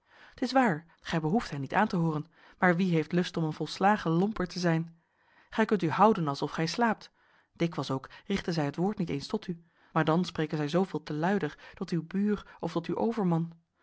t is waar gij behoeft hen niet aan te hooren maar wie heeft lust om een volslagen lomperd te zijn gij kunt u houden alsof gij slaapt dikwijls ook richten zij het woord niet eens tot u maar dan spreken zij zooveel te luider tot uw buur of tot uw overman